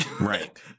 Right